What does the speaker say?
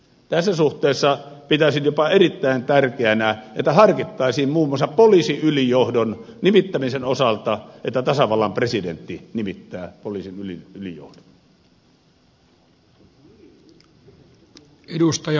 tässä suhteessa pitäisin jopa erittäin tärkeänä että harkittaisiin muun muassa poliisiylijohdon nimittämisen osalta että tasavallan presidentti nimittää poliisin ylijohdon